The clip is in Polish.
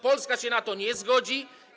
Polska się na to nie zgodzi.